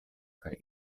kaj